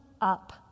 up